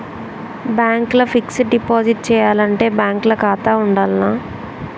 Bank ల fixed deposit చేయాలంటే bank ల ఖాతా ఉండాల్నా?